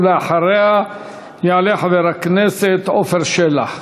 ואחריה יעלה חבר הכנסת עפר שלח.